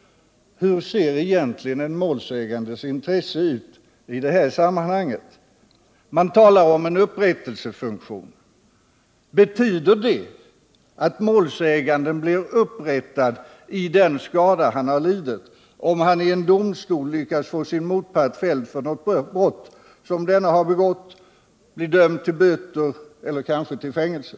— hur ser egentligen målsägandens intresse ut i detta sammanhang? Man talar om en upprättelsefunktion. Betyder detta att målsäganden blir upprättad i den skada han har lidit, om han i en domstol lyckas få sin motpart fälld för något brott som denne har begått, och dömd till böter eller kanske fängelse?